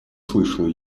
слышала